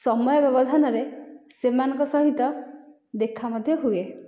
ସମୟ ବ୍ୟବଧାନରେ ସେମାନଙ୍କ ସହିତ ଦେଖା ମଧ୍ୟ ହୁଏ